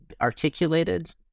articulated